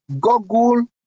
Google